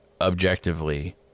objectively